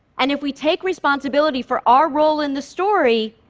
and if we take responsibility for our role in the story,